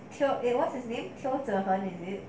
kill eh what's his name kill turban is it